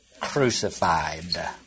crucified